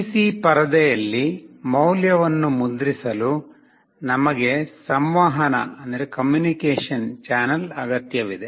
PC ಪರದೆಯಲ್ಲಿ ಮೌಲ್ಯವನ್ನು ಮುದ್ರಿಸಲು ನಮಗೆ ಸಂವಹನ ಚಾನಲ್ ಅಗತ್ಯವಿದೆ